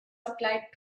applied